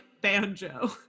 banjo